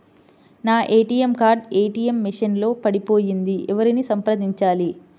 నా ATM card ATM machine లో పడిపోయింది ఎవరిని సంప్రదించాలి?